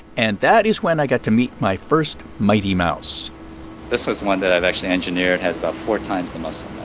and that is when i got to meet my first mighty mouse this was one that i've actually engineered, has about four times the muscle